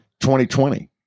2020